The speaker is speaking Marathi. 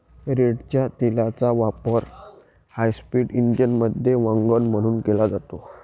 रेडच्या तेलाचा वापर हायस्पीड इंजिनमध्ये वंगण म्हणून केला जातो